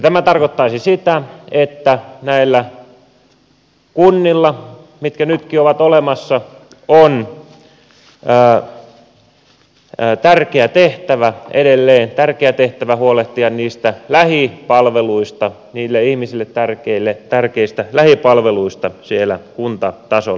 tämä tarkoittaisi sitä että näillä kunnilla mitkä nytkin ovat olemassa on tärkeä tehtävä edelleen tärkeä tehtävä huolehtia niistä lähipalveluista ihmisille tärkeistä lähipalveluista siellä kuntatasolla